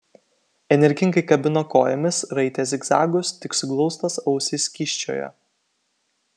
energingai kabino kojomis raitė zigzagus tik suglaustos ausys kyščiojo